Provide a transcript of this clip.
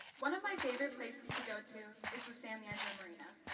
one of my favorite places to go to is the san leandro marina.